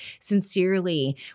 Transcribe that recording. sincerely